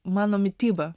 mano mityba